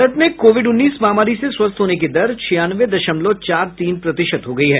भारत में कोविड उन्नीस महामारी से स्वस्थ होने की दर छियानवे दशमलव चार तीन प्रतिशत हो गई है